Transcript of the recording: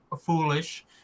foolish